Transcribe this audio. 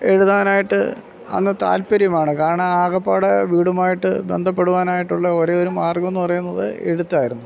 എഴുതാനായിട്ട് അന്ന് താൽപ്പര്യമാണ് കാരണം ആകെപ്പാടെ വീടുമായിട്ട് ബന്ധപ്പെടുവാനായിട്ടുള്ള ഒരേയൊരു മാർഗ്ഗം എന്ന് പറയുന്നത് എഴുത്തായിരുന്നു